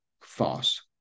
false